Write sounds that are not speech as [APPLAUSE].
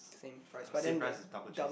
[NOISE] same price as double cheese